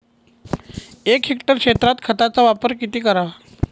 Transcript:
एक हेक्टर क्षेत्रात खताचा वापर किती करावा?